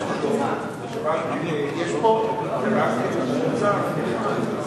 יש תוכנות שונות לעיבוד גרפי.